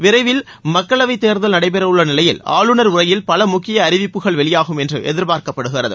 விரைவில் மக்களவைத் தேர்தல் நடைபெறவுள்ள நிலையில் ஆளுநர் உரையில் பல முக்கிய அறிவிப்புகள் வெளியாகும் என்று எதிர்ப்பார்க்கப்படுகிறது